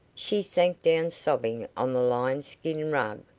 she sank down sobbing on the lion-skin rug,